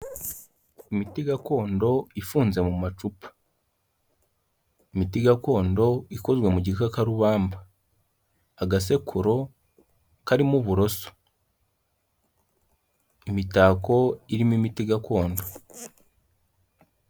Imiti gakondo ifunze mu macupa, imiti gakondo ikozwe mu gikakarubamba, agasekuro karimo uburoso, imitako irimo imiti gakondo.